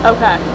Okay